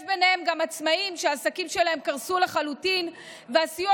יש ביניהם גם עצמאים שהעסקים שלהם קרסו לחלוטין והסיוע